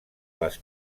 les